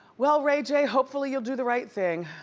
well, ray j, hopefully you'll do the right thing.